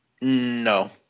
No